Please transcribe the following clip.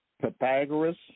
Pythagoras